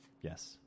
Yes